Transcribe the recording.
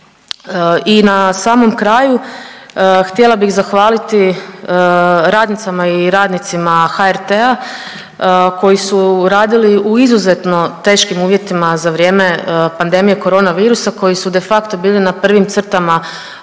I na samom kraju htjela bih zahvaliti radnicama i radnicima HRT-a koji su radili u izuzetno teškim uvjetima za vrijeme pandemije korona virusa koji su de facto bili na prvim crtama